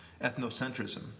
ethnocentrism